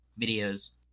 videos